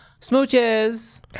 Smooches